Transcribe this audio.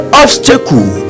obstacle